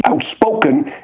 outspoken